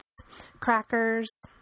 crackers